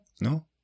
no